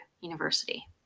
University